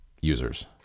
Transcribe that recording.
users